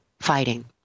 fighting